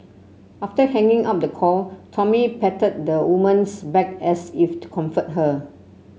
after hanging up the call Tommy patted the woman's back as if to comfort her